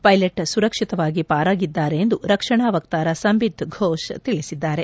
pilot ಸುರಕ್ಷಿತವಾಗಿ ಪಾರಾಗಿದ್ದಾರೆಂದು ರಕ್ಷಣಾ ವಕ್ತಾರ ಸಂಬಿತ್ ಘೋಷ್ ತಿಳಿಸಿದ್ದಾರೆ